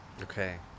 Okay